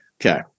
Okay